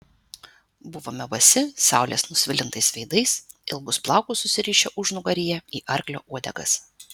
buvome basi saulės nusvilintais veidais ilgus plaukus susirišę užnugaryje į arklio uodegas